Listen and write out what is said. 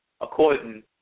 according